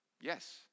Yes